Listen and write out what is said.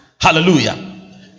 Hallelujah